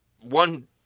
one